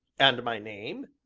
and my name?